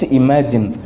imagine